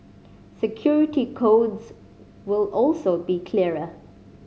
security codes will also be clearer